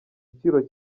igiciro